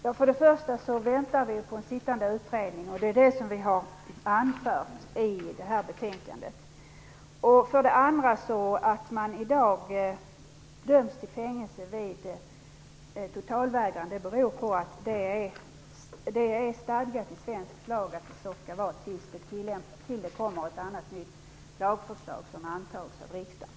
Herr talman! För det första väntar vi på en sittande utredning. Det är detta som vi har anfört i betänkandet. För det andra: Att man i dag döms till fängelse vid totalvägran beror på att det är stadgat så i svensk lag tills det kommer ett nytt lagförslag som skall antas av riskdagen.